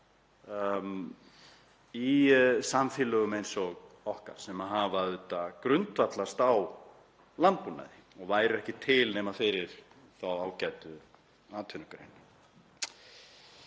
í samfélögum eins og okkar sem hafa grundvallast á landbúnaði og væru ekki til nema fyrir þá ágætu atvinnugrein.